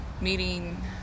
meeting